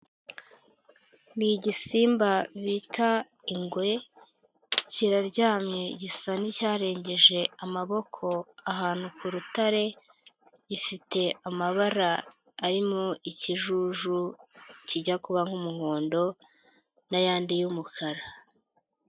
Ni igisimba bita ingwe kiraryamye gisa n'icyarengeje amaboko ahantu ku rutare, gifite amabara arimo ikijuju kijya kuba nk'umuhondo n'ayandi y'umukara.